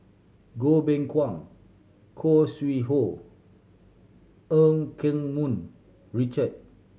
Goh Beng Kwan Khoo Sui Hoe Eu Keng Mun Richard